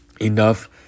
enough